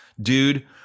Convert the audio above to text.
dude